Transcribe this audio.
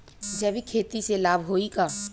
जैविक खेती से लाभ होई का?